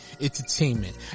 entertainment